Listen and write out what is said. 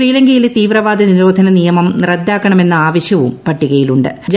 ശ്രീലങ്കയിലെ തീവ്രവാദ നിരോധന നിയമം റദ്ദാക്കണമെന്ന ആവശ്യവും പട്ടികയിലുണ്ട്ട്